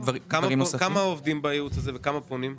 כמה עובדים בייעוץ וכמה פונים?